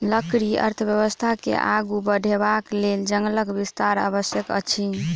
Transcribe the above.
लकड़ी अर्थव्यवस्था के आगू बढ़यबाक लेल जंगलक विस्तार आवश्यक अछि